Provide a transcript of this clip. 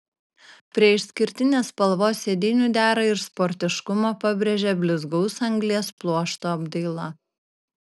prie išskirtinės spalvos sėdynių dera ir sportiškumą pabrėžia blizgaus anglies pluošto apdaila